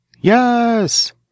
Yes